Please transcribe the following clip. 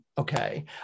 Okay